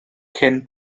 cyn